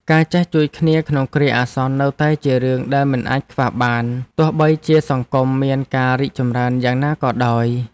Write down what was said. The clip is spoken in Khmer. ការចេះជួយគ្នាក្នុងគ្រាអាសន្ននៅតែជារឿងដែលមិនអាចខ្វះបានទោះបីជាសង្គមមានការរីកចម្រើនយ៉ាងណាក៏ដោយ។